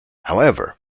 however